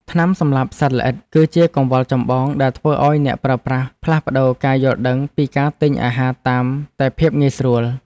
ថ្នាំសម្លាប់សត្វល្អិត គឺជាកង្វល់ចម្បងដែលធ្វើឱ្យអ្នកប្រើប្រាស់ផ្លាស់ប្តូរការយល់ដឹងពីការទិញអាហារតាមតែភាពងាយស្រួល។